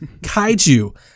Kaiju